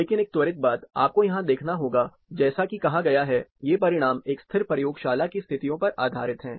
लेकिन एक त्वरित बात आपको यहां देखना होगा जैसा कि कहा गया है ये परिणाम एक स्थिर प्रयोगशाला की स्थितियों पर आधारित हैं